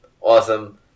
awesome